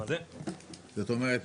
זאת אומרת,